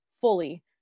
fully